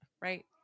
right